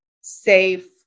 safe